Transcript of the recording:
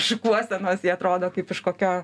šukuosenos jie atrodo kaip iš kokio